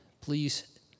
Please